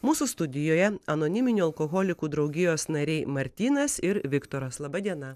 mūsų studijoje anoniminių alkoholikų draugijos nariai martynas ir viktoras laba diena